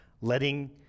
letting